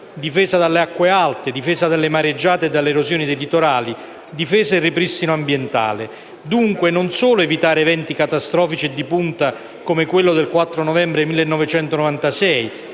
difesa dalle acque alte, difesa dalle mareggiate e dall'erosione dei litorali, difesa e ripristino ambientale. Dunque, non si tratta solo di evitare eventi catastrofici e di punta come quello del 4 novembre 1996,